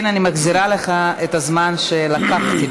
כן, אני מחזירה לך את הזמן שלקחתי.